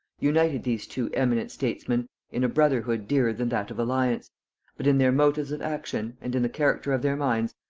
united these two eminent statesmen in a brotherhood dearer than that of alliance but in their motives of action, and in the character of their minds,